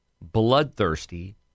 bloodthirsty